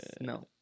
No